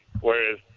whereas